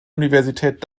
universität